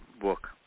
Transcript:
book